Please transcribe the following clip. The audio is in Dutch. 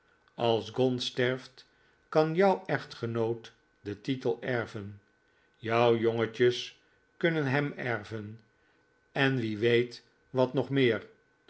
als gaunt sterft kan jouw echtgenoot den titel erven jouw jongetjes kunnen hem erven en wie weet wat nog meer